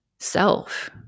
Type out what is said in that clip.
self